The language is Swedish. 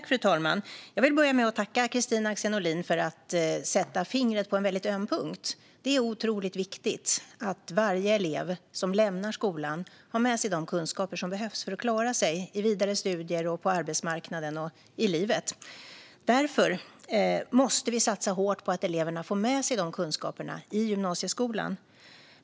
Fru talman! Jag vill börja med att tacka Kristina Axén Olin för att hon sätter fingret på en väldigt öm punkt. Det är otroligt viktigt att varje elev som lämnar skolan har med sig de kunskaper som behövs för att klara sig i vidare studier, på arbetsmarknaden och i livet. Därför måste vi satsa hårt på att eleverna får med sig dessa kunskaper i gymnasieskolan.